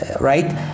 right